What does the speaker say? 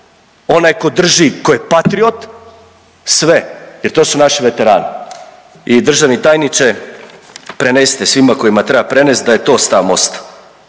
onaj ko drži, ko je patriot, sve jer to su naši veterani. I državni tajniče, prenesite svima kojima treba prenest da je to stav Mosta,